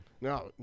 Now